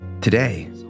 Today